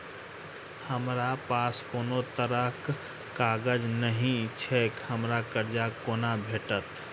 हमरा पास कोनो तरहक कागज नहि छैक हमरा कर्जा कोना भेटत?